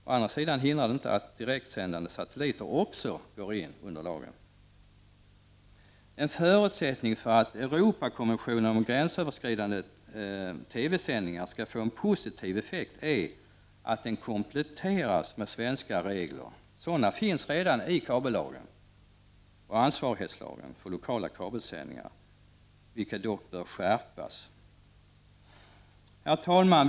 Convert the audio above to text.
Å andra sidan hindrar det inte att direktsändande satelliter också går in under lagen. En förutsättning för att Europakonventionen om gränsöverskridande TV sändningar skall få positiv effekt är att den kompletteras med svenska regler. Sådana finns redan i kabellagen och ansvarighetslagen för lokala kabelsändningar. De bör dock skärpas. Herr talman!